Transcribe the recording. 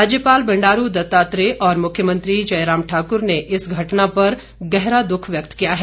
राज्यपाल बंडारू दत्तात्रेय और मुख्यमंत्री जयराम ठाकर ने इस घटना पर गहरा दुख व्यक्त किया है